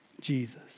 Jesus